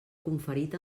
conferit